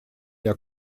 der